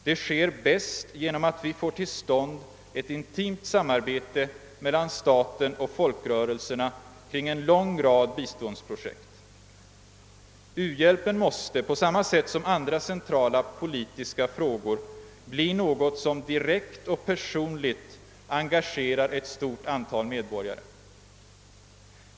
Det sker bäst genom att vi får till stånd ett intimt samarbete mellan staten och folkrörelserna kring en lång rad biståndsprojekt. U-hjälpen måste på samma sätt som andra centrala politiska frågor bli något som direkt och personligt engagerar ett stort antal medborgare.